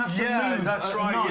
yeah. that's right.